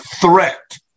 threat